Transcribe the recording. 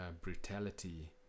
brutality